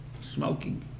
smoking